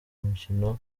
umukino